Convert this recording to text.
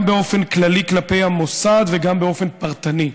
גם באופן כללי כלפי המוסד וגם באופן פרטני.